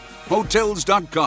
Hotels.com